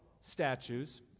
statues